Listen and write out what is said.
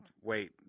wait